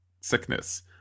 sickness